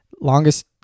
longest